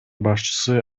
башчысы